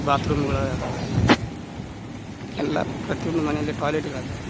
ಬಾತ್ರೂಮ್ಗಳು ಅದಾವೆ ಎಲ್ಲ ಹಾಗೆ ಎಲ್ಲ ಪ್ರತಿ ಒಂದು ಮನೆಯಲ್ಲಿ ಟಾಯ್ಲೆಟ್ಗಳು ಅದಾವೆ